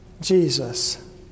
Jesus